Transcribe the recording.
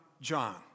John